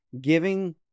giving